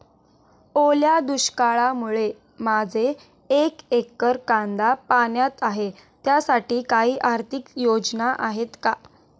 ओल्या दुष्काळामुळे माझे एक एकर कांदा पाण्यात आहे त्यासाठी काही आर्थिक योजना आहेत का?